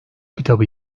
kitabı